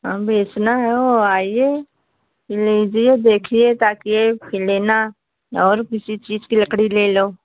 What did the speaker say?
अब बेचना है ओ आइए लीजिए देखिए ताकि यह लेना और किसी चीज़ की लकड़ी ले लो